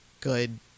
good